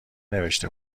نوشته